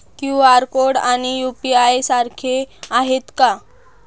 QR code आणि UPI सारखे आहेत का?